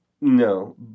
No